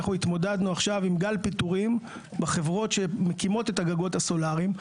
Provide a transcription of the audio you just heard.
התמודדנו עכשיו עם גל פיטורים בחברות שמקימות את הגגות הסולריים.